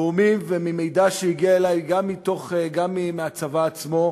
גורמים, ומידע שהגיע אלי גם מהצבא עצמו,